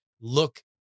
look